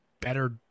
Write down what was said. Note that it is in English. better